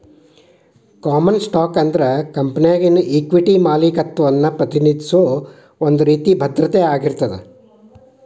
common stock ಅಂದ್ರ ಕಂಪೆನಿಯಾಗಿನ equity ಮಾಲೇಕತ್ವವನ್ನ ಪ್ರತಿನಿಧಿಸೋ ಒಂದ್ ರೇತಿ ಭದ್ರತೆ ಆಗಿರ್ತದ